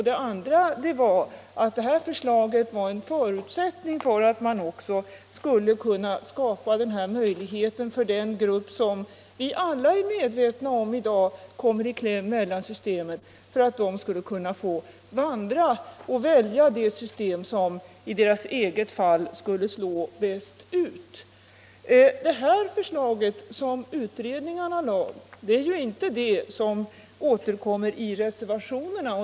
Det andra skälet var att det här förslaget var en förutsättning för att man också skulle kunna göra det möjligt för den grupp som -— det är vi alla medvetna om — i dag kommer i kläm mellan systemen att välja mellan de system som i varje enskilt fall skulle slå ut bäst. Det förslag som utredningen lade fram är inte det som återkommer i reservationerna.